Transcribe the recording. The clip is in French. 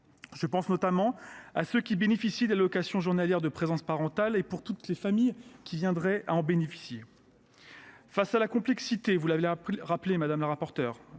Je pense notamment à ceux qui perçoivent l’allocation journalière de présence parentale et à toutes ces familles qui sont appelées à en bénéficier. Face à la complexité, que vous avez rappelée, madame la rapporteure,